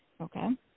Okay